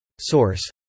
Source